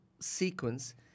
sequence